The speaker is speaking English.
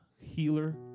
healer